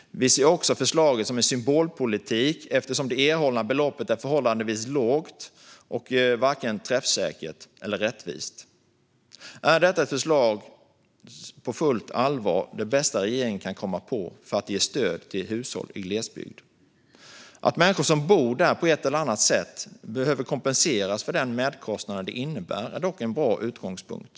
Vi ser förslaget som symbolpolitik eftersom det erhållna beloppet är förhållandevis litet och varken träffsäkert eller rättvist. Är detta förslag på fullt allvar det bästa regeringen kan komma på för att ge hushåll i glesbygd stöd? Att människor som bor där behöver kompenseras på ett eller annat sätt för den merkostnad som det innebär är dock en bra utgångspunkt.